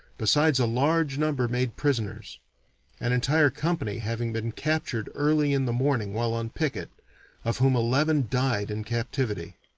besides a large number made prisoners an entire company having been captured early in the morning while on picket of whom eleven died in captivity.